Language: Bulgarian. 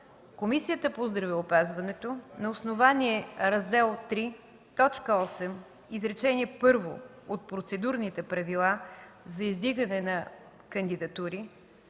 Комисията по здравеопазването на основание Раздел III, т. 8, изречение първо от Процедурните правила за издигане на кандидатури,